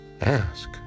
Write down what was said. Ask